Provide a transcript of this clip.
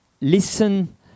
listen